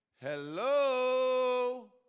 Hello